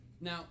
Now